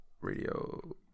Radio